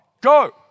go